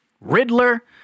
Riddler